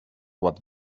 what